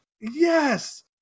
Yes